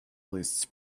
liszt